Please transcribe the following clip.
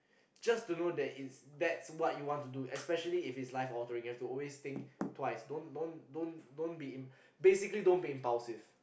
just to know that is that's what you want to do especially if it's life altering you have to always think twice don't don't don't don't be basically don't be impulsive